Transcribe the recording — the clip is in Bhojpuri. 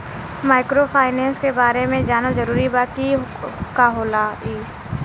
माइक्रोफाइनेस के बारे में जानल जरूरी बा की का होला ई?